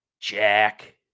Jack